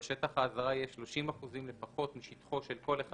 ושטח האזהרה יהיה 30 אחוזים לפחות משטחו של כל אחד